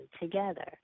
together